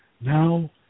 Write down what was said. now